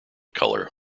colour